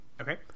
Okay